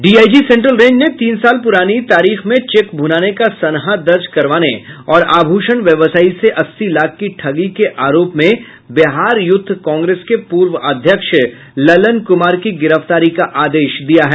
DIG central range ने तीन साल प्रानी तारीख में चेक भुनाने का सनहा दर्ज करवाने और आभूषण व्यवसायी से अस्सी लाख की ठगी के आरोप में बिहार यूथ कांग्रेस के पूर्व अध्यक्ष लालन कुमार की गिरफ्तारी का आदेश दिया है